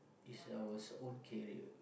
is our own career